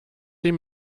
ihm